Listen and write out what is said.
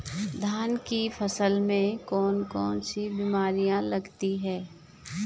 धान की फसल में कौन कौन सी बीमारियां लगती हैं?